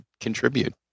contribute